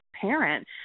parent